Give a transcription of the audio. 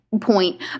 point